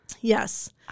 Yes